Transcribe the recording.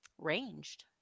Ranged